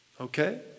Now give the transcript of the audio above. Okay